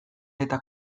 eta